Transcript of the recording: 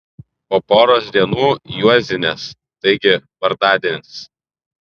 po poros dienų juozinės taigi vardadienis